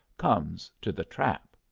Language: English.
comes to the trap.